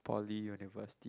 poly university